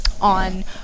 on